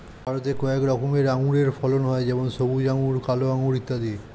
ভারতে কয়েক রকমের আঙুরের ফলন হয় যেমন সবুজ আঙুর, কালো আঙুর ইত্যাদি